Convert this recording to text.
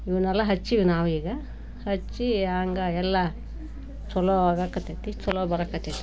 ಇವನ್ನೆಲ್ಲ ಹಚ್ಚೀವಿ ನಾವೀಗ ಹಚ್ಚಿ ಹಾಗಾಗಿ ಎಲ್ಲ ಛಲೋ ಆಗಾಕತ್ತೇತಿ ಛಲೋ ಬರಾಕತ್ತೇತಿ